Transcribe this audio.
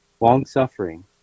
long-suffering